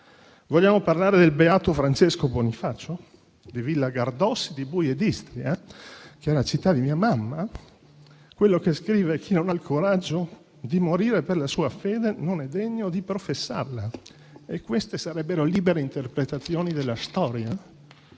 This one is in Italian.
Vogliamo parlare del beato Francesco Bonifacio, di Villa Gardossi, di Buie d'Istria, che è la città di mia mamma? È colui che scrive che chi non ha il coraggio di morire per la sua fede non è degno di professarla. Queste sarebbero libere interpretazioni della storia?